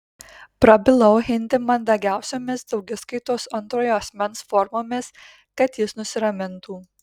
prabilau hindi mandagiausiomis daugiskaitos antrojo asmens formomis kad jis nusiramintų